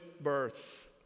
birth